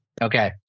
Okay